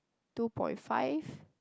two point five